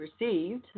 received